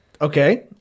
Okay